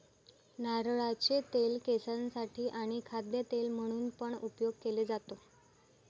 नारळाचे तेल केसांसाठी आणी खाद्य तेल म्हणून पण उपयोग केले जातो